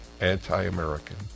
anti-American